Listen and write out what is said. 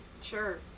Sure